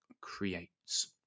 creates